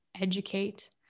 educate